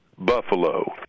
Buffalo